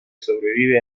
sobrevive